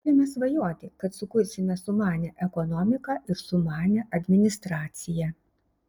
galima svajoti kad sukursime sumanią ekonomiką ir sumanią administraciją